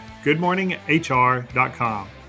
goodmorninghr.com